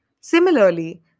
Similarly